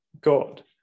God